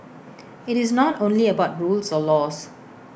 IT is not only about rules or laws